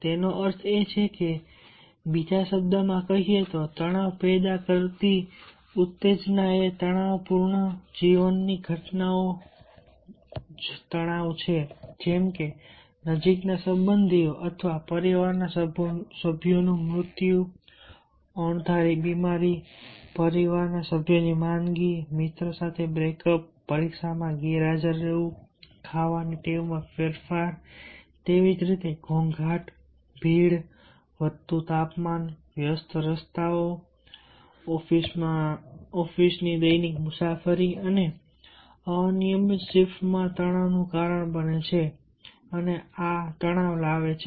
તેનો અર્થ એ છે કે બીજા શબ્દોમાં કહીએ તો તણાવ પેદા કરતી ઉત્તેજના એ તણાવપૂર્ણ જીવનની ઘટનાઓ તણાવ છે જેમ કે નજીકના સંબંધીઓ અથવા પરિવારના સભ્યોનું મૃત્યુ અણધારી બીમારી પરિવારના સભ્યોની માંદગી મિત્ર સાથે બ્રેકઅપ પરીક્ષામાં ગેરહાજર રહેવું ખાવાની ટેવમાં ફેરફાર તેવી જ રીતે ઘોંઘાટ ભીડ વધતું તાપમાન વ્યસ્ત રસ્તાઓ દ્વારા ઑફિસમાં દૈનિક મુસાફરી અને અનિયમિત શિફ્ટ કામ તણાવનું કારણ બને છે અને આ તણાવ લાવે છે